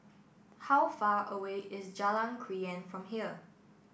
how far away is Jalan Krian from here